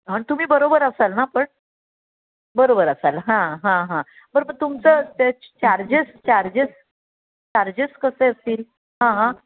हा आणि तुम्ही बरोबर असाल ना पण बरोबर असाल हां हां हां बरं तुमचं त्याचे चार्जेस चार्जेस चार्जेस कसे असतील हां हां